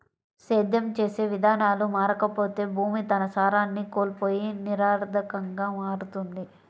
సేద్యం చేసే విధానాలు మారకపోతే భూమి తన సారాన్ని కోల్పోయి నిరర్థకంగా మారుతుంది